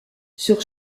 sur